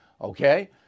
okay